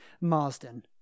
Marsden